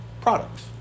products